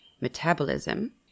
metabolism